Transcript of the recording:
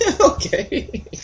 Okay